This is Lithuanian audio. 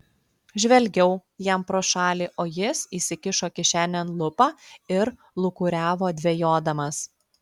žvelgiau jam pro šalį o jis įsikišo kišenėn lupą ir lūkuriavo dvejodamas